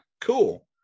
cool